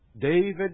David